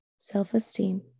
Self-esteem